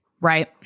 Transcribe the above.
Right